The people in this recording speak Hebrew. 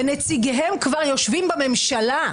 ונציגיהם כבר יושבים בממשלה,